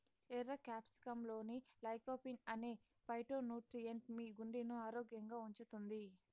ఎర్ర క్యాప్సికమ్లోని లైకోపీన్ అనే ఫైటోన్యూట్రియెంట్ మీ గుండెను ఆరోగ్యంగా ఉంచుతుంది